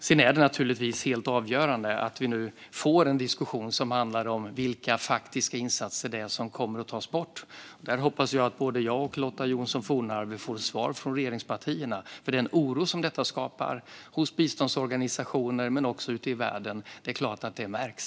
Sedan är det naturligtvis helt avgörande att vi nu får en diskussion som handlar om vilka faktiska insatser det är som kommer att tas bort. Jag hoppas att både jag och Lotta Johnsson Fornarve får ett svar från regeringspartierna angående det, för den oro som detta skapar hos biståndsorganisationer men också ute i världen märks.